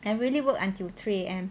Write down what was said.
I really work until three A_M